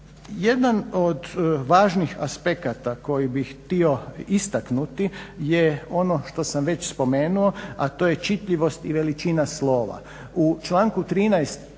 Jedan od važnih aspekata koji bih htio istaknuti je ono što sam već spomenuo a to je čitljivost i veličina slova. U članku 13.